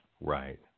Right